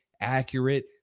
accurate